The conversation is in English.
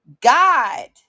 God